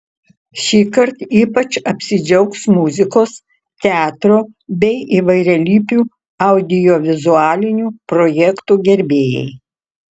šįkart ypač apsidžiaugs muzikos teatro bei įvairialypių audiovizualinių projektų gerbėjai